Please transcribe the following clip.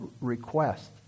request